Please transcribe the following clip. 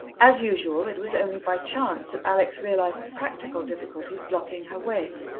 as usual, it was only by chance that alex realized the practical difficulties blocking her way.